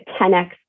10x